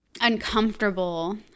uncomfortable